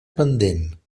pendent